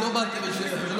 לא באתי בשביל זה.